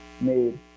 made